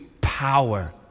power